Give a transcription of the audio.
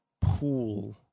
pool